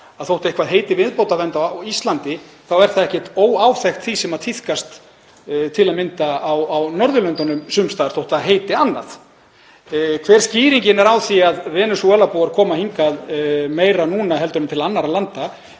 að þótt eitthvað heiti viðbótarvernd á Íslandi þá sé það ekkert óáþekkt því sem tíðkast til að mynda á Norðurlöndunum sums staðar þótt það heiti annað. Hver skýringin er á því að Venesúelabúar koma hingað meira núna heldur en til annarra landa